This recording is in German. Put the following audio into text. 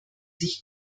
sich